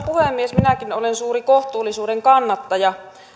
puhemies minäkin olen suuri kohtuullisuuden kannattaja